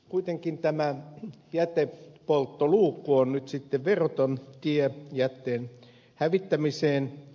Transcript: kuitenkin tämä jätteenpolttoluukku on nyt sitten veroton tie jätteen hävittämiseen